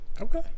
Okay